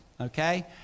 okay